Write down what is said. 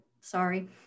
sorry